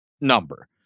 number